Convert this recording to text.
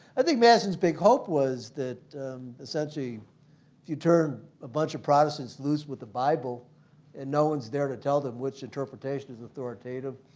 i think madison's big hope was that essentially you turn a bunch of protestants loose with the bible and no one's there to tell them which interpretation is authoritative,